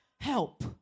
help